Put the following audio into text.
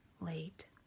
late